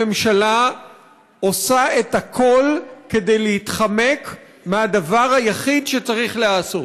הממשלה עושה הכול כדי להתחמק מהדבר היחיד שצריך להיעשות.